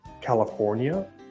California